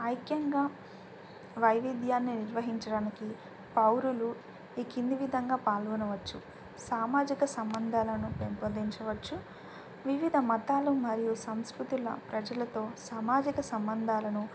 ఐక్యంగా వైవిధ్యాన్ని నిర్వహించడానికి పౌరులు ఈ కింది విధంగా పాల్గొనవచ్చు సామాజిక సంబంధాలను పెంపొందించవచ్చు వివిధ మతాలు మరియు సంస్కృతుల ప్రజలతో సామాజిక సంబంధాలను